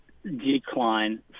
Decline